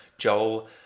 Joel